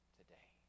today